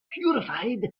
purified